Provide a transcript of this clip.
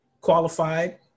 qualified